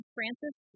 Francis